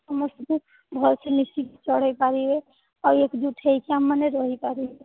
ସମସ୍ତେ ଭଲସେ ମିଶିକି ଚଳେଇ ପାରିବେ ଆଉ ଏକଜୁଟ୍ ହୋଇକି ଆମେମାନେ ରହି ପାରିବେ